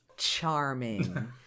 charming